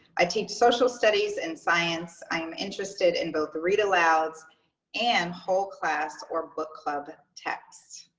i teach social studies and science. i'm interested in both read alouds and whole class or book club text.